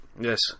Yes